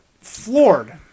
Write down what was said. floored